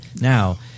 Now